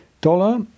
Dollar